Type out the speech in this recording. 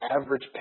average